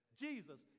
Jesus